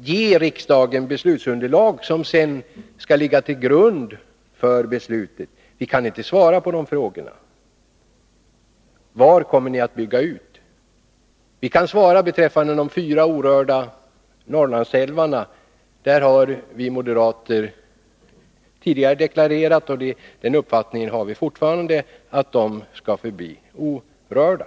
ge riksdagen beslutsunderlag och som sedan skall ligga till grund för beslutet om vattenkraften. Vi kan inte nu svara på frågan om var man kommer att bygga ut. Vi kan svara beträffande de fyra orörda Norrlandsälvarna. Vi moderater har tidigare deklarerat och har fortfarande uppfattningen att de skall förbli orörda.